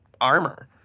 armor